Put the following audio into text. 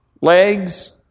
legs